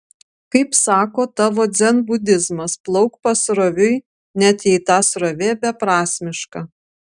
kaip sako tavo dzenbudizmas plauk pasroviui net jei ta srovė beprasmiška